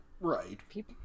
Right